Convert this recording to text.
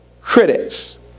critics